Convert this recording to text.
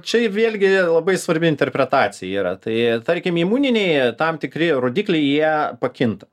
čia vėlgi labai svarbi interpretacija yra tai tarkim imuniniai tam tikri rodikliai jie pakinta